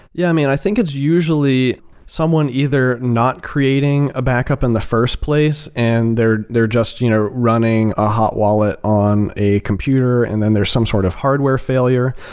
yeah. i mean, i think it's usually someone either not creating a backup in the first place, and they're they're just you know running a hot wallet on a computer and then there's some sort of hardware failure,